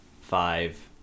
five